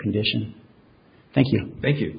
condition thank you thank you